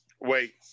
Wait